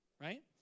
right